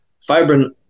fibrin